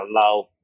allow